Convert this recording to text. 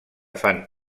fan